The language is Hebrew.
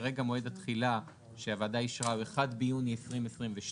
כרגע מועד התחילה שהוועדה אישרה הוא 1 ביוני 2022,